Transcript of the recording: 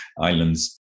islands